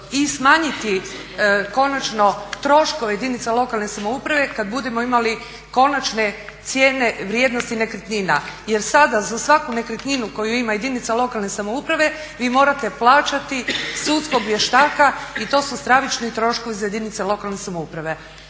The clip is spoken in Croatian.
i smanjiti konačno troškove jedinice lokalne samouprave kada budemo imali konačne cijene vrijednosti nekretnina. Jer sada za svaku nekretninu koju ima jedinica lokalne samouprave vi morate plaćati sudskog vještaka i to su stravični troškovi za jedinice lokalne samouprave.